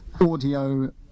audio